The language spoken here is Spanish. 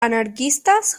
anarquistas